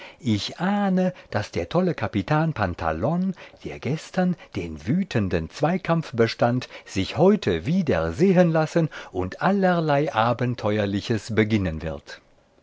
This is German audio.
ich ahne daß der tolle capitan pantalon der gestern den wütenden zweikampf bestand sich heute wieder sehen lassen und allerlei abenteuerliches beginnen wird